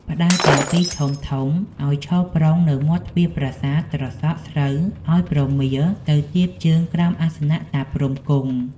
ផ្តៅទាំងពីរធំៗ ឱ្យឈរប្រុងនៅមាត់ទ្វារប្រាសាទ ត្រសក់ ស្រូវឱ្យប្រមៀលទៅទៀបជើងក្រោមអាសនៈតាព្រហ្មគង់។